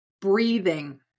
breathing